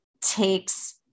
takes